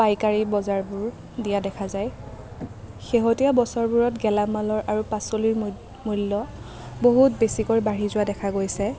পাইকাৰী বজাৰবোৰো দিয়া দেখা যায় শেহতীয়া বছৰবোৰত গেলামালৰ আৰু পাচলিৰ মূ মূল্য় বহুত বেছিকৈ বাঢ়ি যোৱা দেখা গৈছে